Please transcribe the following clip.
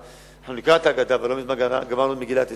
אבל לא מזמן גמרנו את מגילת אסתר,